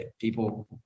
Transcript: people